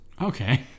Okay